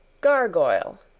GARGOYLE